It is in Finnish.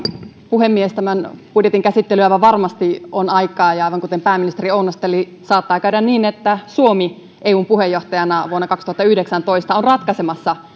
puhemies tämän budjetin käsittely aivan varmasti vie aikaa ja aivan kuten pääministeri ounasteli saattaa käydä niin että suomi eun puheenjohtajana vuonna kaksituhattayhdeksäntoista on ratkaisemassa